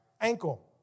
ankle